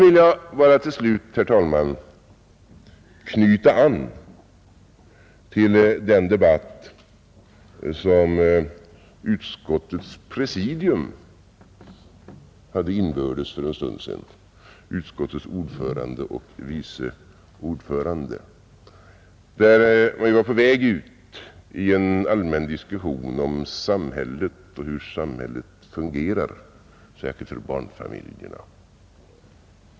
Till slut vill jag bara, herr talman, knyta an till den debatt som utskottets presidium — utskottets ordförande och vice ordförande — hade inbördes för en stund sedan, där man var på väg ut i en allmän diskussion om samhället och hur samhället fungerar särskilt för barnfamiljerna.